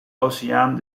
oceaan